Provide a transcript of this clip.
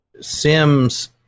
Sims